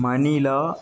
Manila